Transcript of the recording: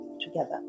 together